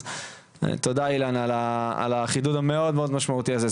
אז תודה אילן על החידוד המאוד מאוד משמעותי הזה.